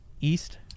east